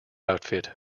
outfit